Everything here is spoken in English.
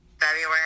February